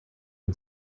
can